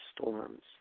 storms